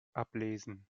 ablesen